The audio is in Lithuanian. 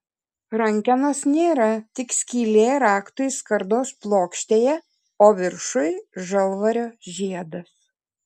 rankenos nėra tik skylė raktui skardos plokštėje o viršuj žalvario žiedas